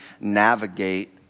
navigate